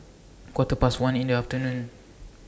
Quarter Past one in The afternoon